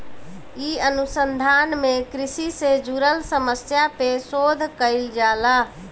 इ अनुसंधान में कृषि से जुड़ल समस्या पे शोध कईल जाला